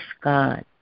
God